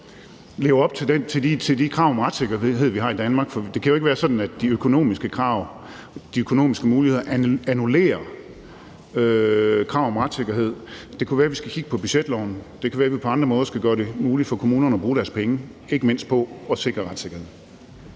leve op til de krav om retssikkerhed, vi har i Danmark. For det kan jo ikke være sådan, at de økonomiske krav og de økonomiske muligheder annullerer krav om retssikkerhed. Det kunne være, vi skulle kigge på budgetloven. Det kan være, vi på andre måder skal gøre det muligt for kommunerne at bruge deres penge, ikke mindst på at sikre retssikkerhed.